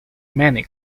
many